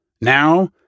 Now